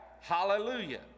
Hallelujah